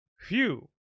phew